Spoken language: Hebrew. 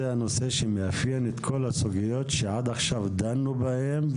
זה הנושא שמאפיין את כל הסוגיות שעד עכשיו דנו בהם,